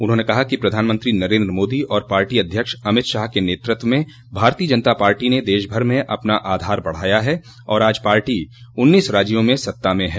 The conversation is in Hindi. उन्होंने कहा कि प्रधानमंत्री नरेन्द्र मोदी और पार्टी अध्यक्ष अमित शाह के नेतृत्व में भारतीय जनता पार्टी ने देशभर में अपना आधार बढ़ाया है और आज पार्टी उन्नीस राज्यों में सत्ता में है